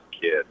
kid